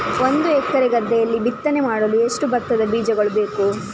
ಒಂದು ಎಕರೆ ಗದ್ದೆಯಲ್ಲಿ ಬಿತ್ತನೆ ಮಾಡಲು ಎಷ್ಟು ಭತ್ತದ ಬೀಜಗಳು ಬೇಕು?